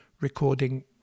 recording